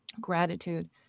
gratitude